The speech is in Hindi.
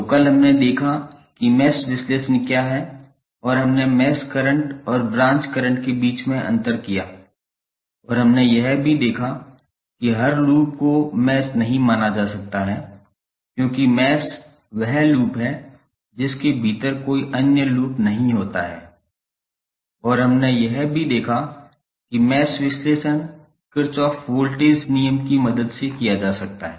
तो कल हमने देखा कि मैश विश्लेषण क्या है और हमने मैश करंट और ब्रांच करंट के बीच के अंतर किया और हमने यह भी देखा कि हर लूप को मैश नहीं माना जा सकता क्योंकि मैश वह लूप है जिसके भीतर कोई अन्य लूप नहीं होता है और हमने यह भी देखा कि मैश विश्लेषण किर्चोफ वोल्टेज नियम की मदद से किया जा सकता है